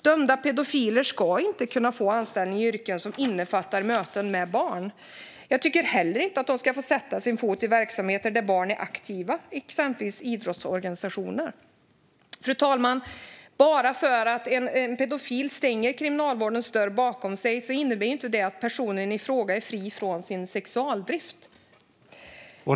Dömda pedofiler ska inte kunna få anställning i yrken som innefattar möten med barn. Jag tycker heller inte att de ska få sätta sin fot i verksamheter där barn är aktiva, till exempel i idrottsorganisationer. Herr ålderspresident! Bara för att en pedofil stänger kriminalvårdens dörr bakom sig innebär det inte att personen i fråga är fri från sin sexualdrift.